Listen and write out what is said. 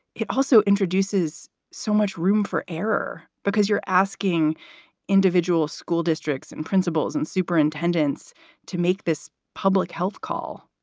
it also introduces so much room for error because you're asking individual school districts and principals and superintendents to make this public health call.